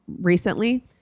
recently